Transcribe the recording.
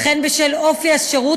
וכן בשל אופי השירות,